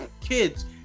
kids